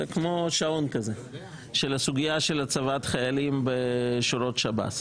זה כמו שעון כזה של הסוגיה של הצבת חיילים בשורות שב"ס.